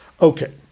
Okay